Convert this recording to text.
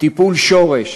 טיפול שורש,